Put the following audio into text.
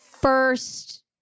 first